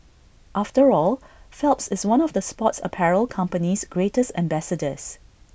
after all Phelps is one of the sports apparel company's greatest ambassadors